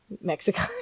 Mexico